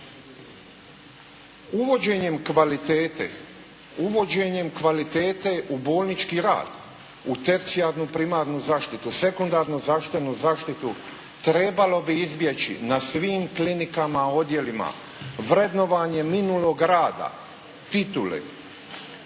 uvođenjem kvalitete u bolnički rad, u tercijarnu primarnu zaštitu, sekundarnu zdravstvenu zaštitu, trebalo bi izbjeći na svim klinikama, odjelima vrednovanje minulog rada, titule,